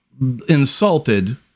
insulted